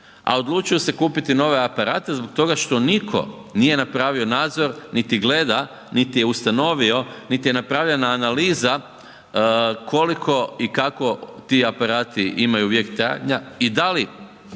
A odlučuju se kupiti nove aparate zbog toga što niko nije napravio nadzor niti gleda, niti je ustanovio, niti je napravljena analiza koliko i kako ti aparati imaju vijek trajanja i da li